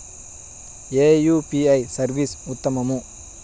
ఏ UPI service ఉత్తమము?